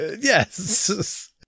Yes